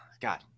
God